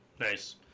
Nice